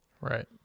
Right